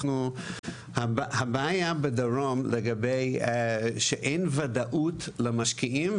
הבעיה בדרום היא שאין ודאות למשקיעים,